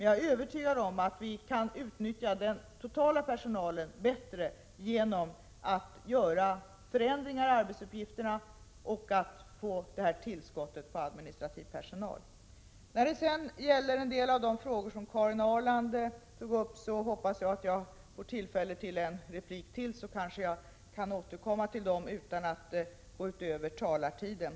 Jag är dock övertygad om att vi kan utnyttja personalen, totalt sett, bättre genom att göra förändringar i arbetsuppgifterna och genom detta tillskott av administrativ personal. När det sedan gäller en del av de frågor som Karin Ahrland tog upp hoppas jag få tillfälle till ytterligare en replik, så att jag kan återkomma till dem utan att gå utöver talartiden.